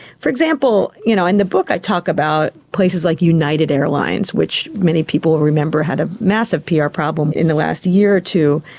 for example, you know in the book i talk about places like united airlines which many people will remember had a massive pr ah problem in the last year or two.